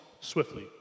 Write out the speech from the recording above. swiftly